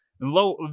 low